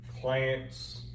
clients